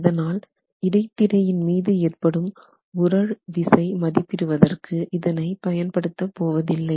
அதனால் இடைத்திரையின் மீது ஏற்படும் உறழ் விசை மதிப்பிடுவதற்கு இதனை பயன்படுத்த போவதில்லை